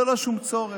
ללא שום צורך,